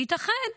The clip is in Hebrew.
ייתכן.